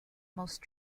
most